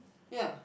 ya